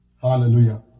Hallelujah